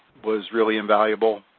was really invaluable.